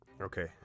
Okay